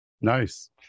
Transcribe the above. Nice